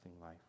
life